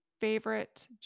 favorite